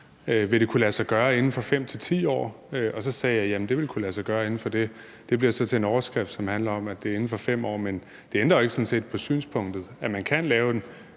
Vil det kunne lade sig gøre inden for 5-10 år? Og så sagde jeg: Jamen det ville kunne lade sig gøre inden for det. Det bliver så til en overskrift, som handler om, at det er inden for 5 år, men det ændrer jo sådan set ikke på synspunktet, at man kan lave et